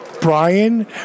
Brian